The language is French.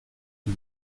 qui